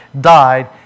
died